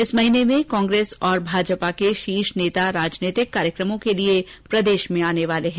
इस माह में कांग्रेस और भाजपा के शीर्ष नेता राजनीतिक कार्यक्रमों के लिए प्रदेष में आने वाले हैं